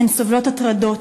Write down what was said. הן סובלות הטרדות,